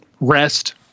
rest